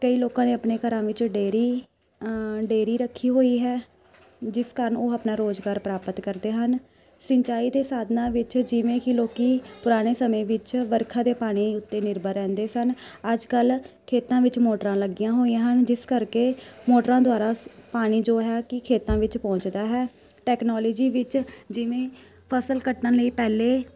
ਕਈ ਲੋਕਾਂ ਨੇ ਆਪਣੇ ਘਰਾਂ ਵਿੱਚ ਡੇਅਰੀ ਡੇਅਰੀ ਰੱਖੀ ਹੋਈ ਹੈ ਜਿਸ ਕਾਰਨ ਉਹ ਆਪਣਾ ਰੋਜ਼ਗਾਰ ਪ੍ਰਾਪਤ ਕਰਦੇ ਹਨ ਸਿੰਚਾਈ ਦੇ ਸਾਧਨਾਂ ਵਿੱਚ ਜਿਵੇਂ ਕਿ ਲੋਕੀਂ ਪੁਰਾਣੇ ਸਮੇਂ ਵਿੱਚ ਵਰਖਾ ਦੇ ਪਾਣੀ ਉੱਤੇ ਨਿਰਭਰ ਰਹਿੰਦੇ ਸਨ ਅੱਜ ਕੱਲ੍ਹ ਖੇਤਾਂ ਵਿੱਚ ਮੋਟਰਾਂ ਲੱਗੀਆਂ ਹੋਈਆਂ ਹਨ ਜਿਸ ਕਰਕੇ ਮੋਟਰਾਂ ਦੁਆਰਾ ਪਾਣੀ ਜੋ ਹੈ ਕਿ ਖੇਤਾਂ ਵਿੱਚ ਪਹੁੰਚਦਾ ਹੈ ਟੈਕਨੋਲਜੀ ਵਿੱਚ ਜਿਵੇਂ ਫਸਲ ਕੱਟਣ ਲਈ ਪਹਿਲੇ